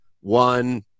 one